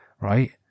right